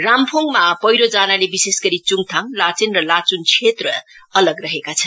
राम्फोङमा पैह्रो जानाले विशेषगरी चुङथाङलाचेन र लाचुङ क्षेत्रमा अलग रहेका छन्